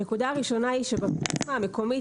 הנקודה הראשונה היא שבפריזמה המקומית,